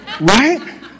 Right